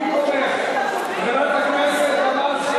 איך יכול להיות שאתה, תמר זנדברג,